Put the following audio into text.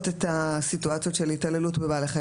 את הסיטואציות של התעללות בבעלי חיים.